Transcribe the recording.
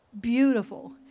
Beautiful